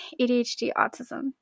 ADHD-autism